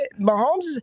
Mahomes